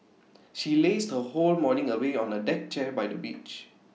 she lazed her whole morning away on A deck chair by the beach